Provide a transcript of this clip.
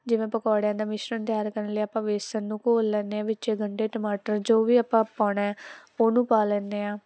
ਜਿਵੇਂ ਪਕੌੜਿਆਂ ਦਾ ਮਿਸ਼ਰਣ ਤਿਆਰ ਕਰਨ ਲਈ ਆਪਾਂ ਵੇਸਣ ਨੂੰ ਘੋਲ ਲੈਂਦੇ ਹਾਂ ਵਿੱਚ ਗੰਡੇ ਟਮਾਟਰ ਜੋ ਵੀ ਆਪਾਂ ਪਾਉਣਾ ਉਹਨੂੰ ਪਾ ਲੈਂਦੇ ਹਾਂ